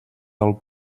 del